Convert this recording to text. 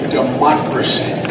democracy